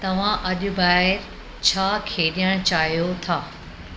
तव्हां अॼु ॿाहिरि छा खेॾणु चाहियो था